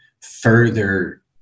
further